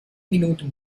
minute